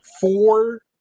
four